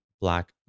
Black